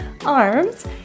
arms